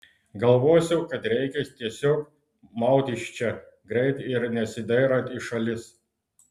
galvosiu kad reikia tiesiog maut iš čia greit ir nesidairant į šalis